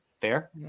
Fair